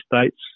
states